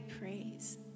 praise